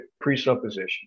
presupposition